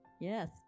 Yes